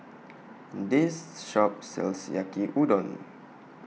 This Shop sells Yaki Udon